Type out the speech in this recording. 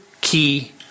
key